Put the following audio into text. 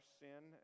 sin